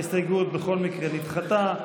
ההסתייגות בכל מקרה נדחתה.